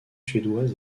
suédoise